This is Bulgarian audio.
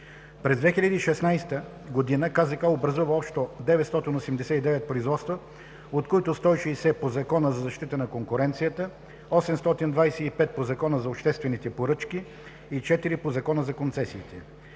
През 2016 г. КЗК образува общо 989 производства, от които 160 по Закона за защита на конкуренцията, 825 по Закона за обществените поръчки и 4 по Закона за концесиите.